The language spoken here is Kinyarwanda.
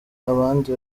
abandi